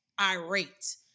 irate